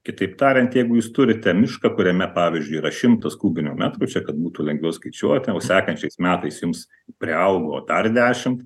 kitaip tariant jeigu jūs turite mišką kuriame pavyzdžiui yra šimtas kubinių metrų čia kad būtų lengviau skaičiuoti o sekančiais metais jums priaugo dar dešimt